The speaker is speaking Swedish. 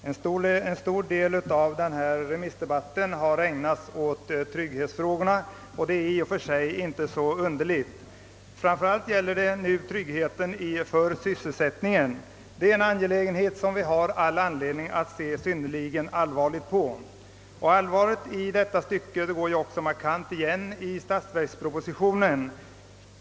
Herr talman! En stor del av denna remissdebatt har ägnats åt trygghetsfrågorna. Detta är i och för sig inte så underligt. Framför allt gäller det trygghet för sysselsättningen. Det är en angelägenhet som vi har all anledning att se synnerligen allvarligt på. Allvaret därvidlag går också markant igen i statsverkspropositionen.